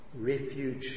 refuge